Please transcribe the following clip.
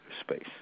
space